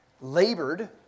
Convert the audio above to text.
labored